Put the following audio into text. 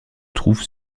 trouve